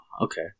Okay